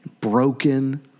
broken